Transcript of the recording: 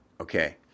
Okay